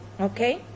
okay